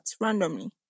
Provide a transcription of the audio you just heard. randomly